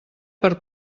per